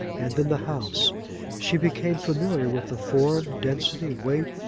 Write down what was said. and then the house she became familiar with the form, density, weight,